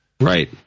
Right